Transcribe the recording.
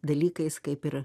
dalykais kaip ir